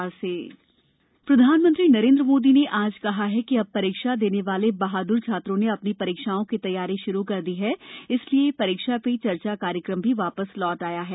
प्रधानमंत्री परीक्षा पे चर्चा प्रधानमंत्री नरेन्द्र मोदी ने आज कहा कि अब परीक्षा देने वाले बहाद्र छात्रों ने अपनी परीक्षाओं की तैयारी शुरू कर दी है इसलिए परीक्षा पे चर्चा कार्यक्रम भी वापस लौट आया है